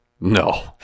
No